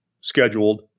scheduled